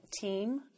team